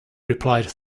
replied